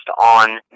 on